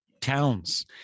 towns